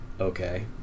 okay